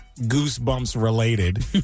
Goosebumps-related